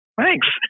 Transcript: Thanks